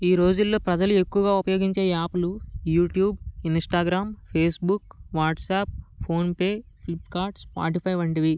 ఈరోజుల్లో ప్రజలు ఎక్కువగా ఉపయోగించే యాపులు YouTube Instagram Facebook WhatsApp PhonePe Flipkart Spotify వంటివి